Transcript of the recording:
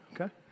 okay